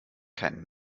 kein